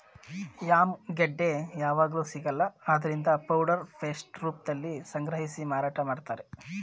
yam ಗೆಡ್ಡೆ ಯಾವಗ್ಲೂ ಸಿಗಲ್ಲ ಆದ್ರಿಂದ ಪೌಡರ್ ಪೇಸ್ಟ್ ರೂಪ್ದಲ್ಲಿ ಸಂಗ್ರಹಿಸಿ ಮಾರಾಟ ಮಾಡ್ತಾರೆ